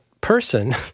person